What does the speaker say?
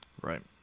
Right